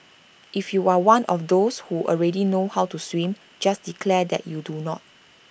if you are one of those who already know how to swim just declare that you do not